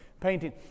painting